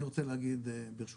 אני רוצה להגיד ברשותכם,